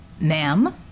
Ma'am